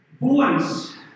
Voice